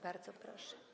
Bardzo proszę.